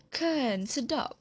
kan sedap